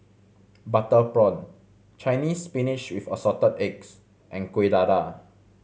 butter prawn Chinese Spinach with Assorted Eggs and Kuih Dadar